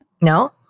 No